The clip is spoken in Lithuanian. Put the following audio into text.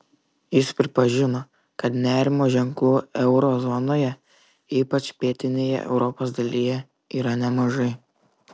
jis pripažino kad nerimo ženklų euro zonoje ypač pietinėje europos dalyje yra nemažai